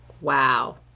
Wow